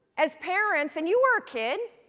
as parents, and you were a kid,